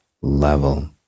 level